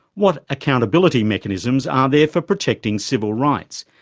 what accountability mechanisms are there for protecting civil rights?